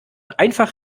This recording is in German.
einfach